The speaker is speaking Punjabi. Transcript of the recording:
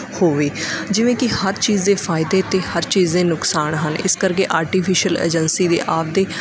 ਹੋਵੇ ਜਿਵੇਂ ਕਿ ਹਰ ਚੀਜ਼ ਦੇ ਫਾਇਦੇ ਅਤੇ ਹਰ ਚੀਜ਼ ਦੇ ਨੁਕਸਾਨ ਹਨ ਇਸ ਕਰਕੇ ਆਰਟੀਫਿਸ਼ਲ ਏਜੰਸੀ ਦੇ ਆਪਦੇ